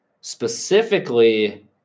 specifically